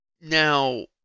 Now